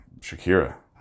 shakira